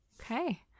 Okay